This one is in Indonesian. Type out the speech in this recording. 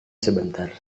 sebentar